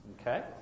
Okay